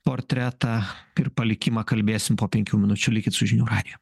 portretą ir palikimą kalbėsim po penkių minučių likit su žinių radiju